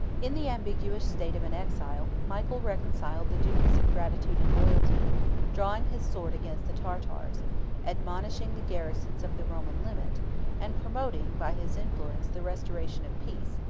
in the ambiguous state of an exile, michael reconciled the duties of gratitude and loyalty drawing his sword against the tartars admonishing the garrisons of the roman limit and promoting, by his influence, the restoration of peace,